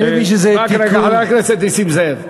אני מבין שזה תיקון, רק רגע, חבר הכנסת נסים זאב.